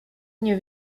nie